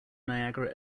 niagara